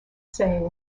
saying